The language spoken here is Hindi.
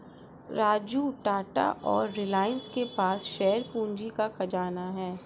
राजू टाटा और रिलायंस के पास शेयर पूंजी का खजाना है